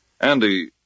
Andy